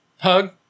hug